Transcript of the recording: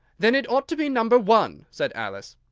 then it ought to be number one, said alice.